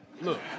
Look